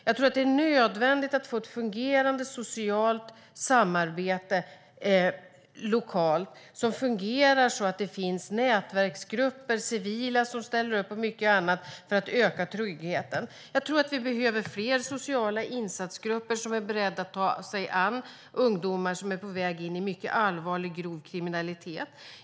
Jag tror att det är nödvändigt att få ett fungerande socialt samarbete lokalt som fungerar så att det finns nätverksgrupper, civila som ställer upp och mycket annat för att öka tryggheten. Jag tror att vi behöver fler sociala insatsgrupper som är beredda att ta sig an ungdomar som är på väg in i mycket allvarlig grov kriminalitet.